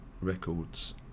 records